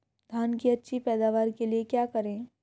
धान की अच्छी पैदावार के लिए क्या करें?